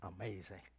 amazing